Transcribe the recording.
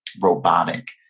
robotic